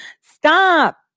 stop